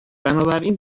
بنابراین